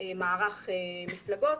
מערך מפלגות,